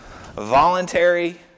voluntary